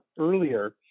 earlier